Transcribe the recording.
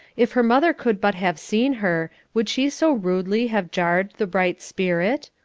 if her mother could but have seen her, would she so rudely have jarred the bright spirit?